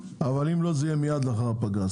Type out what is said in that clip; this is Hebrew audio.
בכל מקרה, זה יהיה מייד לאחר הפגרה.